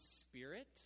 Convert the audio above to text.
Spirit